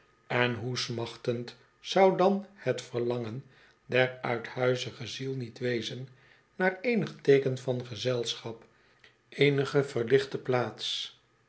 en hoe smachtend zou dan het verlangen der uithuizige ziel niet wezen naar eenig teeken van gezelschap eenige verlichte plaats